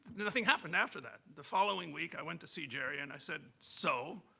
nothing happened after that. the following week, i went to see jerry and i said, so?